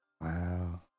Wow